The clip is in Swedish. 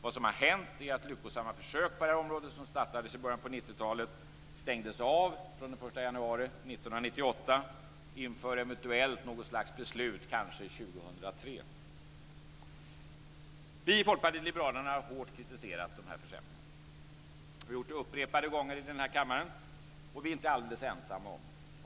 Vad som har hänt är att lyckosamma försök på området som startades i början på 90-talet stängdes av från den 1 januari 1998 inför eventuellt något slags beslut kanske år 2003. Vi i Folkpartiet liberalerna har hårt kritiserat dessa försämringar. Det har vi gjort upprepade gånger i den här kammaren, och vi är inte alldeles ensamma om det.